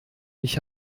ich